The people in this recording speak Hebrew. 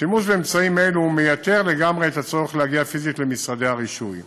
שימוש באמצעים אלו מייתר לגמרי את הצורך להגיע פיזית למשרדי הרישוי.